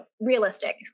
Realistic